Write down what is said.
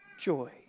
joy